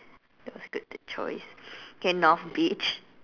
that was good choice K North Beach